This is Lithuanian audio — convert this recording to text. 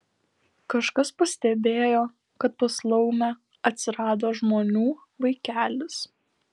kažkas pastebėjo kad pas laumę atsirado žmonių vaikelis